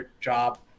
job